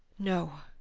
no.